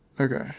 okay